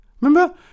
Remember